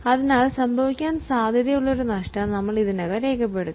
അതിനാൽ സംഭവിക്കാൻ സാധ്യതയുള്ള നഷ്ടം നമ്മൾ രേഖപ്പെടുത്തും